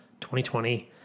2020